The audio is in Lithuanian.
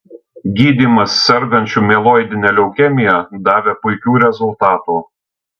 gydymas sergančių mieloidine leukemija davė puikių rezultatų